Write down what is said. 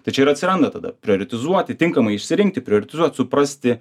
tai čia ir atsiranda tada prioritizuoti tinkamai išsirinkti prioritizuot suprasti